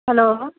hello